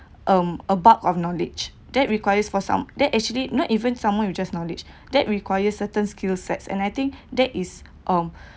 um a bulk of knowledge that requires for some that actually not even someone with just knowledge that requires certain skill sets and I think that is um